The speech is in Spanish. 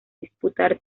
disputar